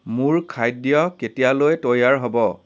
মোৰ খাদ্য কেতিয়ালৈ তৈয়াৰ হ'ব